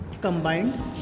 combined